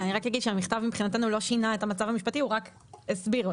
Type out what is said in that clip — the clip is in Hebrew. המכתב לא שינה את המצב המשפטי, הוא רק הסביר.